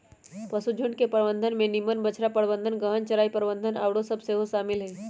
पशुझुण्ड के प्रबंधन में निम्मन बछड़ा प्रबंधन, गहन चराई प्रबन्धन आउरो सभ सेहो शामिल हइ